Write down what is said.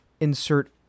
insert